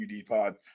UDPod